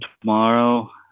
tomorrow